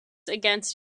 against